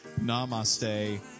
Namaste